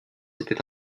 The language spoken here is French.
était